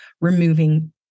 removing